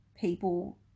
people